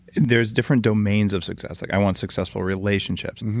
there's different domains of success like, i want success for relationships, and